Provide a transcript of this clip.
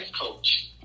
coach